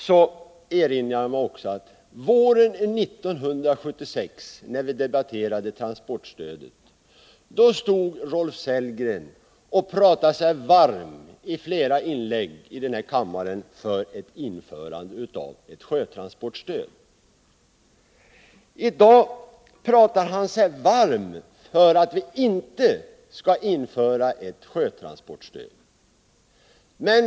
Jag erinrar mig också att Rolf Sellgren våren 1976 när vi diskuterade transportstödet i flera inlägg här i kammaren talade sig varm för införandet av ett sjötransportstöd. I dag talar han sig varm för att vi inte skall införa ett sådant stöd.